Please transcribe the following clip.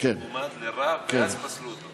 כבר ב-1999 הוא היה מועמד לרב, ואז פסלו אותו?